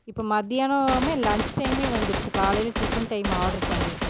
இப்போ மத்தியானோமே லஞ்ச் டைமே வந்துருச்சு காலையில டிஃபன் டைம் ஆர்ட்ரு பண்ணி